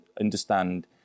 understand